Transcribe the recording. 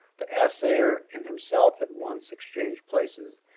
the assayer and himself at once exchanged places,